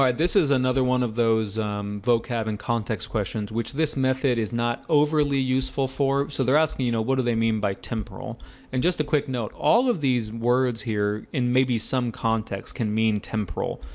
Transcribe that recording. this is another one of those vocab and context questions, which this method is not overly useful for so they're asking, you know what do they mean by temporal and just a quick note all of these words here and maybe some context can mean temporal?